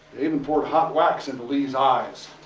even poured hot wax into lee's eyes.